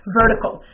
vertical